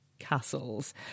castles